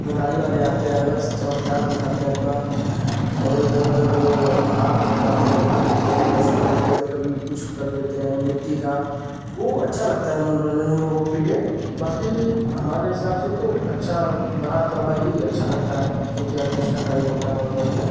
मदारी वाले आते हैं अलग से चमत्कार दिखाते हैं अपना और इधर उधर आँख भटकाते हैं फिर कभी पैसा बना देते हैं कभी कुछ कर देते हैं मिट्टी का वह अच्छा लगता है मनोरंजन हमलोगों के लिए बाकी हमारे हिसाब से तो अच्छा बारात वाला ही अच्छा लगता है जो कि ऑर्केस्ट्रा टाइप होता है मनोरंजन